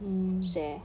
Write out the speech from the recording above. mm